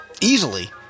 Easily